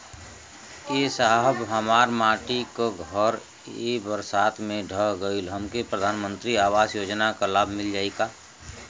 ए साहब हमार माटी क घर ए बरसात मे ढह गईल हमके प्रधानमंत्री आवास योजना क लाभ मिल जाई का?